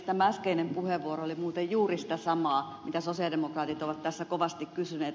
tämä äskeinen puheenvuoro oli muuten juuri sitä samaa mitä sosialidemokraatit ovat tässä kovasti kysyneet